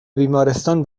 بیمارستان